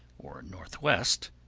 or north west,